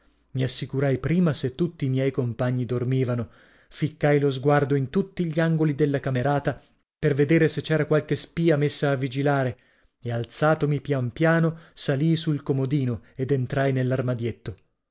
i assicurai prima se tutti i miei compagni dormivano ficcai lo sguardo in tutti gli angoli della camerata per vedere se c'era qualche spia messa a vigilare e alzatomi pian piano salii sul comodino ed entrai